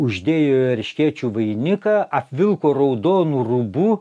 uždėjo erškėčių vainiką apvilko raudonu rūbu